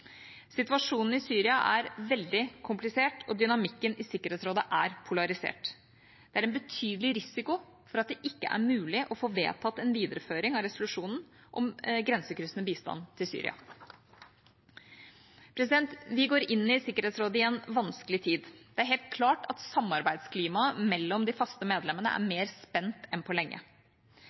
Situasjonen i Syria er veldig komplisert og dynamikken i Sikkerhetsrådet er polarisert. Det er en betydelig risiko for at det ikke er mulig å få vedtatt en videreføring av resolusjonen om grensekryssende bistand til Syria. Vi går inn i Sikkerhetsrådet i en vanskelig tid. Det er helt klart at samarbeidsklimaet mellom de faste medlemmene er mer spent enn på lenge.